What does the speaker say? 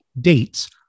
dates